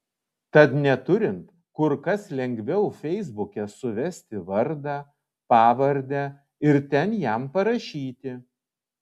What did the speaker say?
tad neturint kur kas lengviau feisbuke suvesti vardą pavardę ir ten jam parašyti